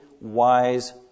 wise